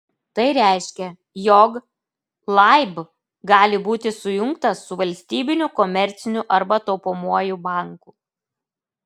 tai reiškia jog laib gali būti sujungtas su valstybiniu komerciniu arba taupomuoju banku